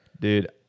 Dude